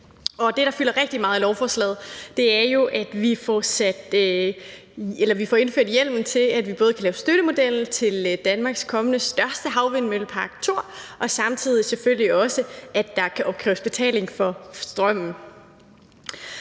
Det, der fylder rigtig meget i lovforslaget, er jo, at vi får indført hjemmel til, at vi både kan lave støttemodellen til Danmarks kommende største havvindmøllepark, Thor, og samtidig selvfølgelig også at der kan opkræves betaling for strømmen.